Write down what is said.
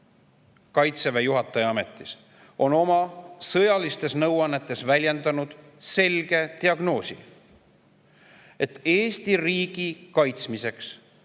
Kaitseväe juhataja ametis on oma sõjalistes nõuannetes väljendanud selget diagnoosi, et Eesti riigi kaitsmiseks